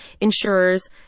insurers